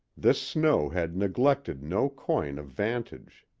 this snow had neglected no coign of vantage.